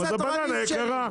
זה בננה יקרה.